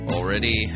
Already